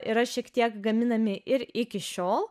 yra šiek tiek gaminami ir iki šiol